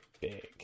big